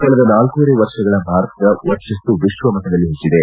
ಕಳೆದ ನಾಲ್ಕೂವರೆ ವರ್ಷದಲ್ಲಿ ಭಾರತದ ವರ್ಚಸ್ಲು ವಿಶ್ವಮಟ್ಟದಲ್ಲಿ ಹೆಚ್ಚಿದೆ